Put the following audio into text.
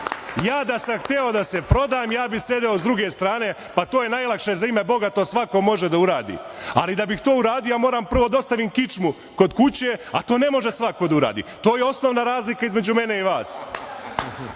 Ja da sam hteo da se prodam, ja bih sedeo sa druge strane, pa to je najlakše, za ime Boga, to svako može da uradi. Ali, da bih to uradio, ja moram prvo da ostavim kičmu kod kuće, a to ne može svako da uradi. To je osnovna razlika između mene i vas.